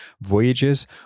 voyages